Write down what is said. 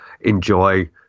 enjoy